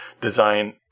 design